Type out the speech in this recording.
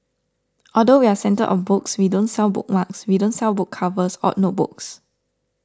although we're centred of books we don't sell bookmarks we don't sell book covers or notebooks